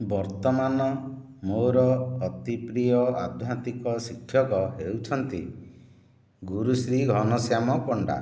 ବର୍ତ୍ତମାନ ମୋର ଅତି ପ୍ରିୟ ଆଧ୍ୟାତ୍ମିକ ଶିକ୍ଷକ ହେଉଛନ୍ତି ଗୁରୁଶ୍ରୀ ଘନଶ୍ୟାମ ପଣ୍ଡା